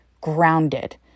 grounded